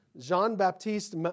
Jean-Baptiste